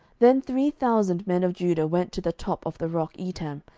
then three thousand men of judah went to the top of the rock etam,